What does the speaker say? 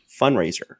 fundraiser